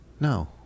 No